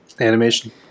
animation